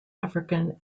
african